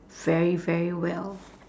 very very well